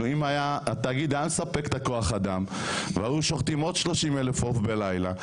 אם התאגיד היה מספק כוח-אדם והיו שוחטים עוד 30,000 עוף בלילה,